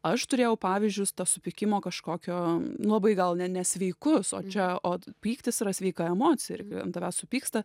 aš turėjau pavyzdžius to supykimo kažkokio nu labai gal ne nesveikus o čia o pyktis yra sveika emocija ir tavęs supyksta